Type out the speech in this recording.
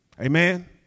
Amen